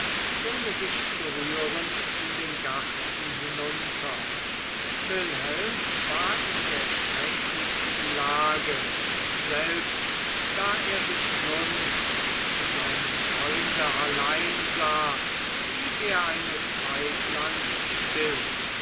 ohne sich zu rühren in den garten hinunter wilhelm war in der schrecklichsten lage selbst da er sich nun mit seinem freunde allein sah blieb er eine zeitlang still